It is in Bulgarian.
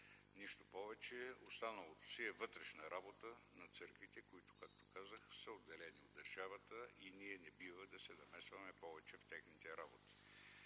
нищо повече. Останалото си е вътрешна работа на църквите, които, както казах, са отделени от държавата и ние не бива да се намесваме повече в техните работи.